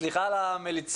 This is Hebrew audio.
סליחה על המליצות,